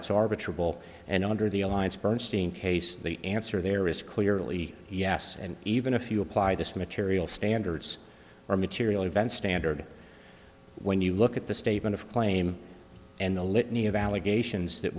it's arbitrary will and under the alliance bernstein case the answer there is clearly yes and even if you apply this material standards or material event standard when you look at the statement of claim and the